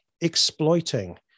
exploiting